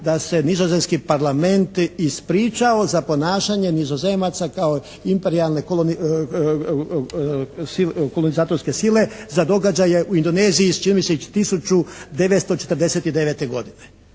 da se nizozemski Parlament ispričao za ponašanje Nizozemaca kao imperijalne kolonizatorske sile za događaje u Indoneziji, iz čini mi 1949. godine.